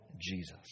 Jesus